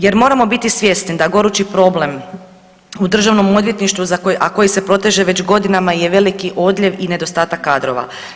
Jer moramo biti svjesni da gorući problem u Državnom odvjetništvu a koji se proteže već godinama je veliki odljev i nedostatak kadrova.